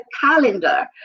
calendar